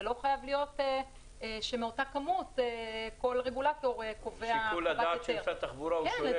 זה לא חייב שמאותה כמות כל רגולטור קובע קצת יותר.